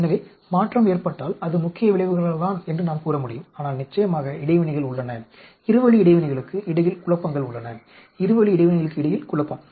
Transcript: எனவே மாற்றம் ஏற்பட்டால் அது முக்கிய விளைவுகளால் தான் என்று நாம் கூற முடியும் ஆனால் நிச்சயமாக இடைவினைகள் உள்ளன இரு வழி இடைவினைகளுக்கு இடையில் குழப்பங்கள் உள்ளன இரு வழி இடைவினைகளுக்கு இடையில் குழப்பம்